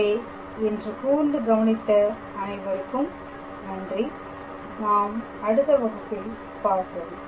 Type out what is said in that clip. எனவே இன்று கூர்ந்து கவனித்த அனைவருக்கும் நன்றி நாம் அடுத்த வகுப்பில் பார்ப்போம்